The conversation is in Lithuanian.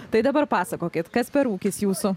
tai dabar pasakokit kas per ūkis jūsų